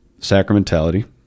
sacramentality